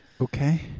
Okay